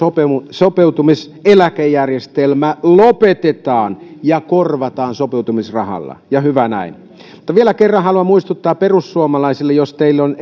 sopeutumiseläkejärjestelmä lopetetaan ja korvataan sopeutumisrahalla ja hyvä näin vielä kerran haluan muistuttaa perussuomalaisille jos teille on